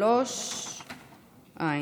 של חברי הכנסת יצחק פינדרוס, שלמה